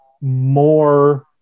more